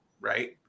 right